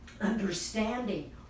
understanding